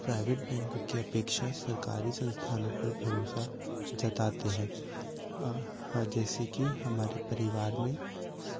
private बैंकों की अपेक्षा सरकारी संस्थानों पर भरोसा जताते हैं जैसे कि हमारे परिवार में